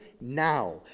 now